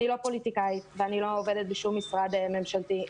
אני לא פוליטיקאית ואני לא עובדת בשום משרד ממשלתי,